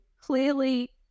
clearly